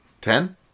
Ten